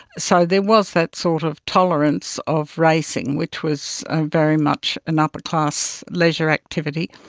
so there was that sort of tolerance of racing which was very much an upper-class leisure activity,